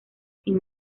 sin